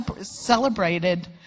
celebrated